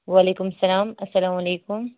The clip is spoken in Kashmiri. وعلیکُم السَلام السَلام علیکُم